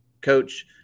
Coach